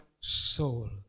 soul